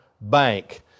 bank